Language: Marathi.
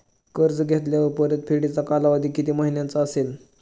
कर्ज घेतल्यावर परतफेडीचा कालावधी किती महिन्यांचा असेल?